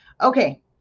okay